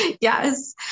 yes